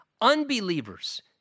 Unbelievers